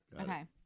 Okay